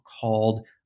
called